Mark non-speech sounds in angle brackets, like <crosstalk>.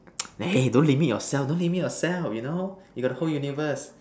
<noise> eh don't limit yourself don't limit yourself you know you got the whole universe